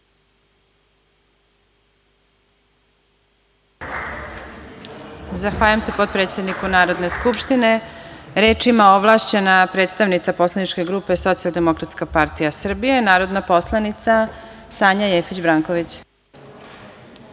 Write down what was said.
Zahvaljujem se potpredsedniku Narodne skupštine. Reč ima ovlašćena predstavnica poslaničke grupe Socijaldemokratska partija Srbije, narodna poslanica Sanja Jeftić Branković.